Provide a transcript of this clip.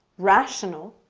rational